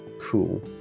Cool